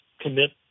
commit